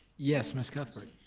yes, miss cuthbert.